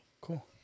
Cool